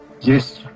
Yes